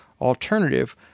alternative